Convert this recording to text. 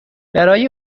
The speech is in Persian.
برای